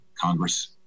Congress